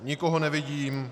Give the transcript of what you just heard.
Nikoho nevidím.